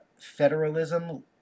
federalism